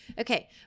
Okay